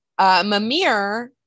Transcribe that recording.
Mamir